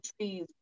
trees